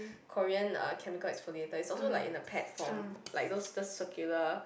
Korean uh chemical exfoliator its also like in a pad form like those circular